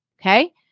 Okay